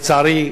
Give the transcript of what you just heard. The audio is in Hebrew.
לצערי,